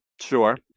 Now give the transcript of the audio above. Sure